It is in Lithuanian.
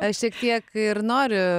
aš šiek tiek ir noriu